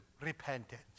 repentance